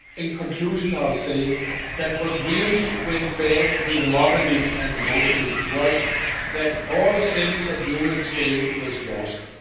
in conclusion i'll say that what really went bad with the modernism and the motorism was that all sense of human scale was lost.